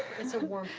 it's a warm,